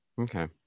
Okay